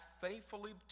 faithfully